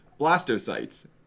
blastocytes